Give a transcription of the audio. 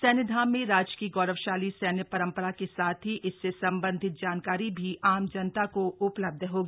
सैन्यधाम में राज्य की गौरवशाली सैन्य रम् रा के साथ ही इससे संबंधित जानकारी भी आम जनता को उ लब्ध होगी